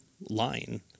line